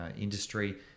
industry